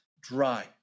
dry